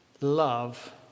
love